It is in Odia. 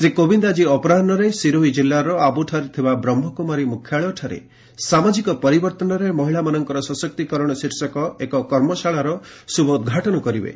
ଶ୍ରୀ କୋବିନ୍ଦ ଆଜି ଅପରାହୁରେ ସିରୋହି କିଲ୍ଲାର ଆବୁଠାରେ ଥିବା ବ୍ରହ୍ମକୁମାରୀ ମୁଖ୍ୟାଳୟଠାରେ ସାମାଜିକ ପରିବର୍ତ୍ତନରେ ମହିଳାମାନଙ୍କ ସଶକ୍ତିକରଣ ଶୀର୍ଷକ ଏକ କର୍ମଶାଳାର ଶୁଭ ଉଦ୍ଘାଟନ କରିବେ